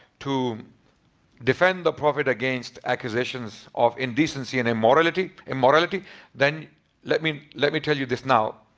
to defend the prophet against accusations of indecency and immorality immorality then let me let me tell you this now.